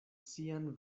sian